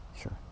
Sure